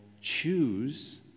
choose